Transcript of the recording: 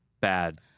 bad